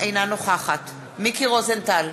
אינה נוכחת מיקי רוזנטל,